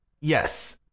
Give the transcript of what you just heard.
Yes